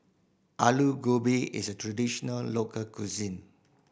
Alu Gobi is a traditional local cuisine